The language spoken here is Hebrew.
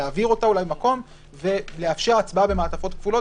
להעביר אותה מקום ולאפשר הצבעה במעטפות כפולות